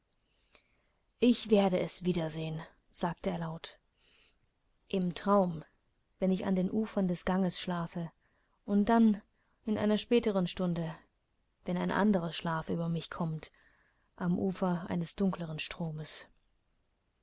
ich werde es wiedersehen sagte er laut im traum wenn ich an den ufern des ganges schlafe und dann in einer späteren stunde wenn ein anderer schlaf über mich kommt am ufer eines dunkleren stromes